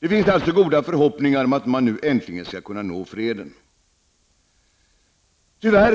Det finns alltså goda förhoppningar att man nu äntligen skall kunna nå freden. Tyvärr